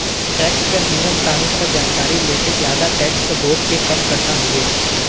tax क नियम कानून क जानकारी लेके जादा टैक्स क बोझ के कम करना हउवे